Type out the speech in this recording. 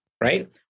Right